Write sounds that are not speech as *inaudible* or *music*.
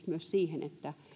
*unintelligible* myös siihen että